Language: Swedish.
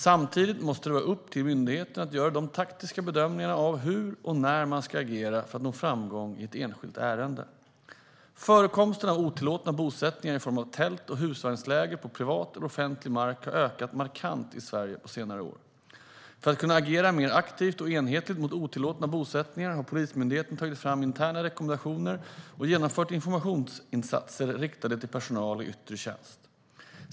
Samtidigt måste det vara upp till myndigheten att göra de taktiska bedömningarna av hur och när man ska agera för att nå framgång i ett enskilt ärende. Förekomsten av otillåtna bosättningar i form av tält och husvagnsläger på privat eller offentlig mark har ökat markant i Sverige på senare år. För att kunna agera mer aktivt och enhetligt mot otillåtna bosättningar har Polismyndigheten tagit fram interna rekommendationer och genomfört in-formationsinsatser riktade till personal i yttre tjänst.